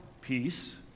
peace